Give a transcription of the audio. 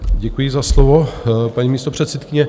Děkuji za slovo, paní místopředsedkyně.